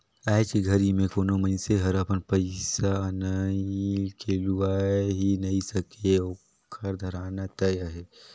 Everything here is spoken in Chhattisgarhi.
आयज के घरी मे कोनो मइनसे हर अपन पइसा अनई के लुकाय ही नइ सके ओखर धराना तय अहे